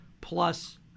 plus